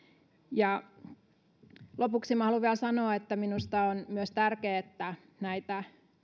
lopuksi haluan vielä sanoa että minusta on myös tärkeää että näitä